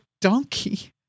donkey